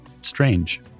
strange